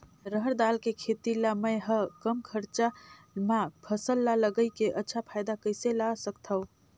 रहर दाल के खेती ला मै ह कम खरचा मा फसल ला लगई के अच्छा फायदा कइसे ला सकथव?